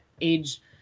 age